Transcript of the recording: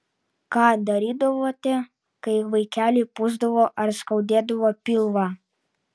ką darydavote kai vaikeliui pūsdavo ar skaudėdavo pilvą